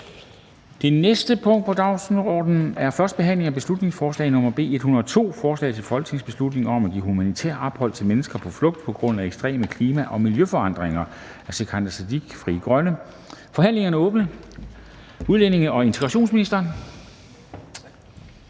Det næste punkt på dagsordenen er: 12) 1. behandling af beslutningsforslag nr. B 102: Forslag til folketingsbeslutning om at give humanitært ophold til mennesker på flugt på grund af ekstreme klima- og miljøforandringer. Af Sikandar Siddique (FG) m.fl. (Fremsættelse 22.02.2022). Kl. 14:39 Forhandling